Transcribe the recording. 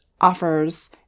offers